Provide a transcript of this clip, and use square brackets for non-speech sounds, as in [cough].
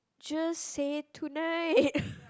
just say tonight [laughs]